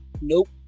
Nope